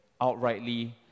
outrightly